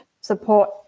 support